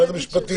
משרד המשפטים,